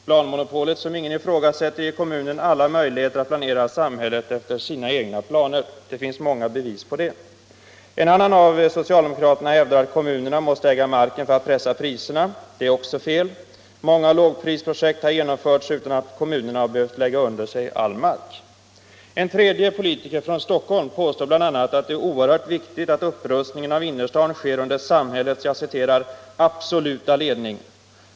Planmonopolet, som ingen ifrågasätter, ger kommunen alla möjligheter att planera samhället efter sina egna planer. Det finns många bevis på det. En annan av socialdemokraterna hävdar att kommunerna måste äga marken för att pressa priserna. Det är också fel. Många lågprisprojekt har genomförts utan att kommunerna har behövt lägga under sig all mark. En tredje politiker från Stockholm påstår bl.a. att det är oerhört viktigt att upprustningen av innerstan sker under samhällets ”absoluta ledning”.